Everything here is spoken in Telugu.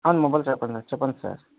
మొబైల్ షాపే చెప్పండి సార్